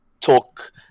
talk